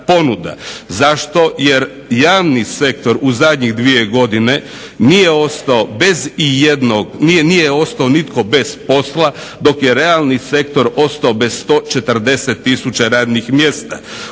Zašto, jer javni sektor u zadnjih 2 godine nije ostao nitko bez posla dok je realni sektor ostao bez 140 tisuća radnih mjesta.